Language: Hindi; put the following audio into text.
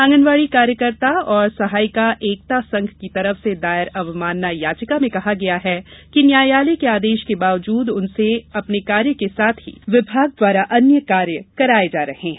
आंगनबाडी कार्यकर्ता एव सहायिका एकता संघ की तरफ से दायर अवमानना याचिका में कहा गया है कि न्यायालय के आदेश के बावजूद उनसे अपने कार्य के साथ ही विभाग द्वारा अन्य कार्य कराए जा रहे हैं